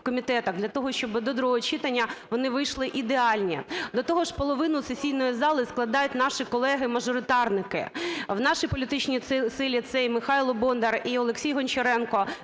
комітетах для того, щоби до другого читання вони вийшли ідеальні. До того ж половину сесійної зали складають наші колеги мажоритарники. В нашій політичній силі це і Михайло Бондар, і Олексій Гончаренко,